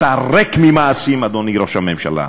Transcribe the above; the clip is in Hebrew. אתה ריק ממעשים, אדוני ראש הממשלה,